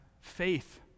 faith